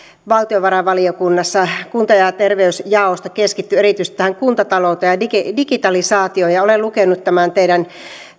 valtiovarainvaliokunnassa kunta ja ja terveysjaosto keskittyi erityisesti tähän kuntatalouteen ja digitalisaatioon ja olen lukenut tämän teidän